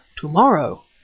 to-morrow